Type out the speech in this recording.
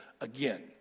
again